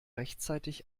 rechtzeitig